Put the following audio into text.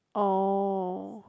oh